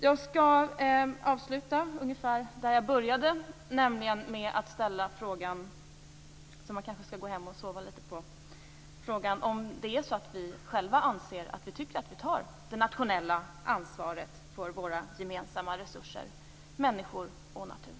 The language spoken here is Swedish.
Jag skall avsluta ungefär där jag började, nämligen med att ställa frågan, som man kanske skall gå hem och sova litet på: Anser vi själva att vi tar det nationella ansvaret för våra gemensamma resurser, människor och natur?